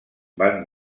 van